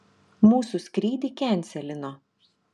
mūsų skrydį kenselino